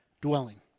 dwelling